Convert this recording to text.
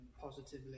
positively